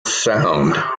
sound